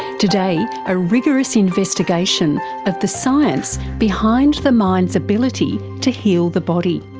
today, a rigorous investigation of the science behind the mind's ability to heal the body.